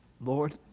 Lord